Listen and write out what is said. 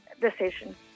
decision